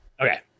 Okay